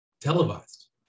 televised